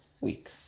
week